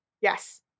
Yes